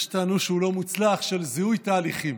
שיש טענו שהוא לא מוצלח, של "זיהוי תהליכים".